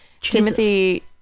Timothy